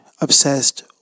obsessed